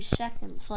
seconds